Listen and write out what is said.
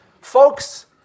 Folks